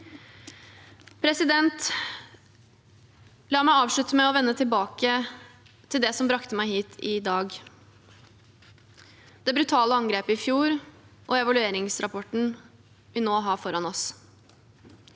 arbeidet. La meg avslutte med å vende tilbake til det som brakte meg hit i dag: det brutale angrepet i fjor og evalueringsrapporten vi nå har foran oss.